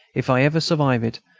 if i ever survive it,